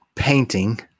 painting